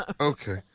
Okay